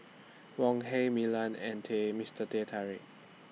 Wok Hey Milan and Mister Teh Tarik